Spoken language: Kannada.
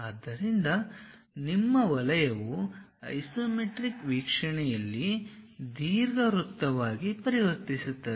ಆದ್ದರಿಂದ ನಿಮ್ಮ ವಲಯವು ಐಸೊಮೆಟ್ರಿಕ್ ವೀಕ್ಷಣೆಯಲ್ಲಿ ದೀರ್ಘವೃತ್ತವಾಗಿ ಪರಿವರ್ತಿಸುತ್ತದೆ